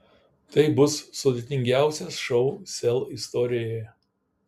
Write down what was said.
tai bus sudėtingiausias šou sel istorijoje